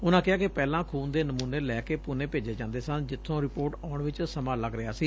ਉਨਾ ਕਿਹਾ ਕਿ ਪਹਿਲਾ ਖੁਨ ਦੇ ਨਮੁਨੇ ਲੈ ਕੇ ਪੁਨੇ ਭੇਜੇ ਜਾਦੇ ਸਨ ਜਿੱਬੋ ਰਿਪੋਰਟ ਆਉਣ ਚ ਸਮਾ ਲਗਾ ਰਿਹਾ ਸੀ